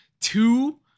two